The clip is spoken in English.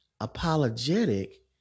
apologetic